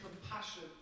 compassion